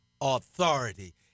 authority